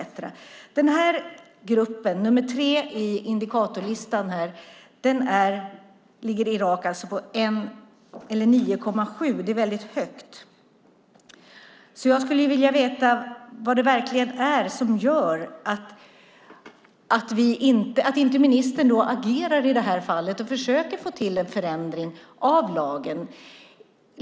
Irak finns med i grupp nummer tre i indikatorlistan, och indikatorn ligger på 9,7, vilket är högt. Vad är det som gör att ministern inte agerar i det här fallet och försöker få till en förändring av lagen?